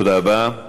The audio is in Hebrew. תודה רבה.